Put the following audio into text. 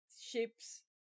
ships